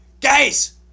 guys